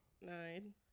Nine